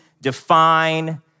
define